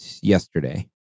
yesterday